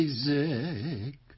Isaac